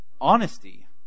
honesty